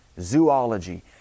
Zoology